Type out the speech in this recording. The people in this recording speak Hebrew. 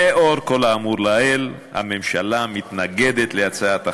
לאור כל האמור לעיל, הממשלה מתנגדת להצעת החוק.